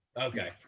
Okay